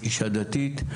אישה דתית,